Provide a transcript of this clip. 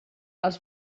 els